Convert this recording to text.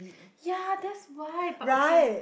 ya that's why but okay ah